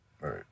right